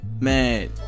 man